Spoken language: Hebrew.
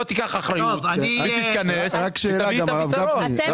תיקח אחריות ולא תתכנס ותביא פתרון.